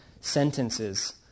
sentences